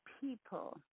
people